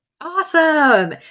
Awesome